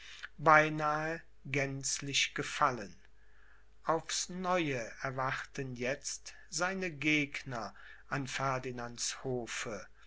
beinahe gänzlich gefallen aufs neue erwachten jetzt seine gegner an ferdinands hofe